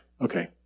Okay